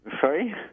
Sorry